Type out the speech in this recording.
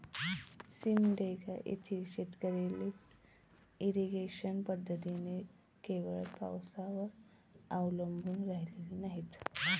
सिमडेगा येथील शेतकरी lift irrigation पद्धतीमुळे केवळ पावसाळ्यावर अवलंबून राहिलेली नाहीत